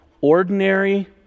ordinary